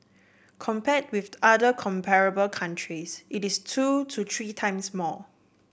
compared with other comparable countries it is two to three times more